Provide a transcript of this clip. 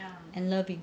and loving